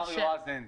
מר יועז הנדל.